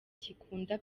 kikunda